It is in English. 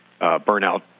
burnout